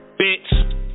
Bitch